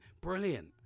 brilliant